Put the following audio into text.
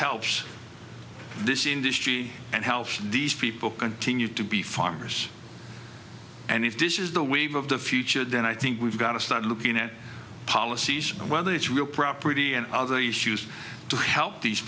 helps this industry and help these people continue to be farmers and if this is the wave of the future then i think we've got to start looking at policies whether it's real property and other issues to help these